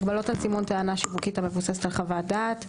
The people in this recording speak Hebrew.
הגבלות על סימון טענה שיווקית המבוססת על חוות דעת.